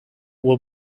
will